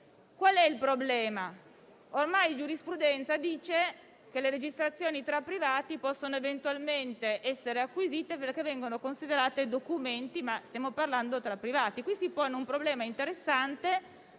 Qual è il problema? Ormai secondo la giurisprudenza le registrazioni tra privati possono eventualmente essere acquisite, perché vengono considerate documenti. Stiamo parlando di privati, però. Qui si pone un problema interessante,